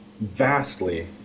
vastly